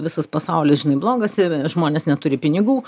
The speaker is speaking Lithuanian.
visas pasaulis žinai blogas žmonės neturi pinigų